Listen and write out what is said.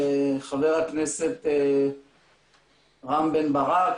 חבר הכנסת רם בן ברק,